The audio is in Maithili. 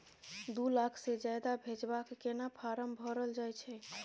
दू लाख से ज्यादा भेजबाक केना फारम भरल जाए छै?